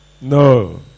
No